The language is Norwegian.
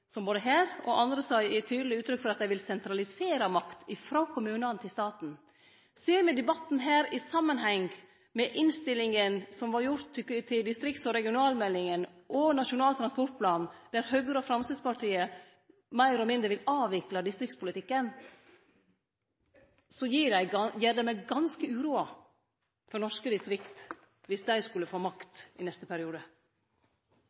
som både her og andre stader gir tydeleg uttrykk for at dei vil sentralisere makt, ifrå kommunane til staten. Ser me debatten her i samanheng med innstillingane som vart gjorde til distrikts- og regionalmeldinga og Nasjonal transportplan, der Høgre og Framstegspartiet meir eller mindre vil avvikle distriktspolitikken, gjer det meg ganske uroa for norske distrikt dersom dei skulle få